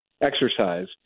exercise